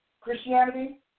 Christianity